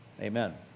amen